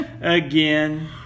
again